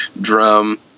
drum